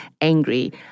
angry